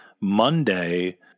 Monday